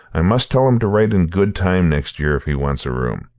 i must tell him to write in good time next year if he wants a room.